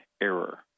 error